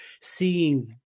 seeing